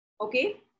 Okay